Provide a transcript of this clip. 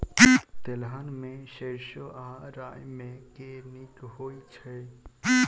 तेलहन मे सैरसो आ राई मे केँ नीक होइ छै?